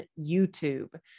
YouTube